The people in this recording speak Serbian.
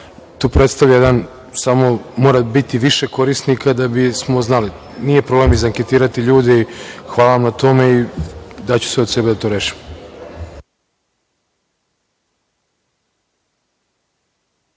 problem, samo mora biti više korisnika da bismo znali. Nije problem izanketirati ljude i hvala vam na tome. Daću sve od sebe da to rešim.